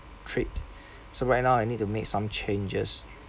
trip so right now I need to make some changes